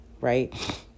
right